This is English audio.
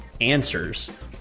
answers